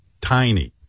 tiny